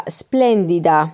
splendida